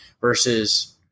versus